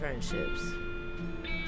friendships